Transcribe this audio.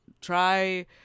try